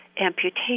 amputation